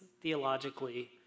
theologically